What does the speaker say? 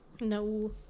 No